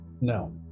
No